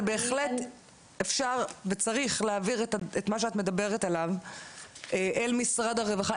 אבל בהחלט אפשר וצריך להעביר את מה שאת מדברת עליו אל משרד הרווחה,